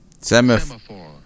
Semaphore